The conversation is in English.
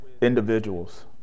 individuals